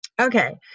Okay